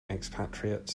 expatriate